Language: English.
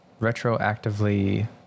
retroactively